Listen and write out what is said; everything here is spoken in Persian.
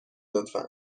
لطفا